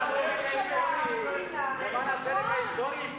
ראש הממשלה פינה את חברון,